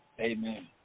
Amen